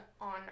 on